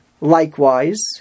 Likewise